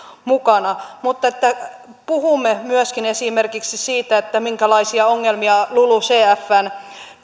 mukana mutta että puhumme myöskin esimerkiksi siitä minkälaisia ongelmia lulucfn